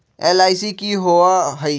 LIC की होअ हई?